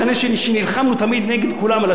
נלחמנו תמיד נגד כולם על השלום,